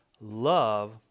love